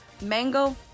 mango